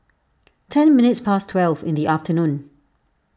ten minutes past twelve in the afternoon